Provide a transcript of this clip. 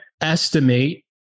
estimate